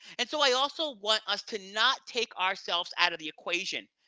and so i also want us to not take ourselves out of the equation.